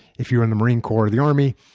if you're in the marine corps or the army.